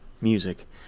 music